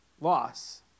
loss